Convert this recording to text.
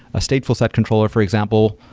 stateful set controller, for example,